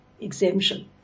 exemption